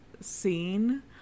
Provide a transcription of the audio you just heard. scene